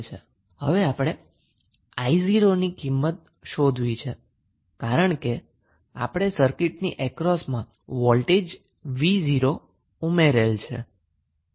હવે આપણે i0 ની વેલ્યુ શોધવી છે કારણ કે આપણે સર્કિટની અક્રોસમાં વોલ્ટજ 𝑣0 ઉમેરેલ છે